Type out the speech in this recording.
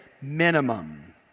minimum